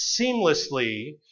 seamlessly